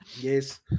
Yes